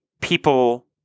People